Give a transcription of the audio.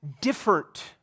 different